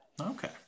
Okay